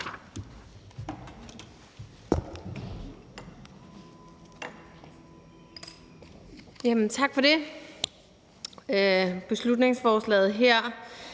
Tak for det.